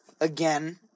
again